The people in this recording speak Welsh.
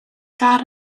gar